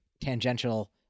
tangential